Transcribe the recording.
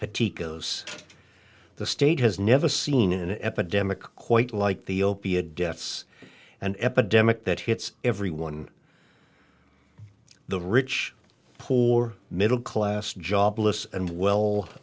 petite goes the state has never seen an epidemic quite like the opiate deaths and epidemic that hits everyone the rich poor middle class jobless and well